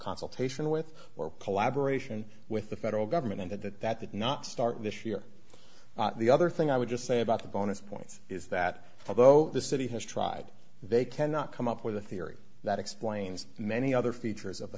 consultation with or collaboration with the federal government and that that that did not start this year the other thing i would just say about the bonus points is that although the city has tried they cannot come up with a theory that explains many other features of the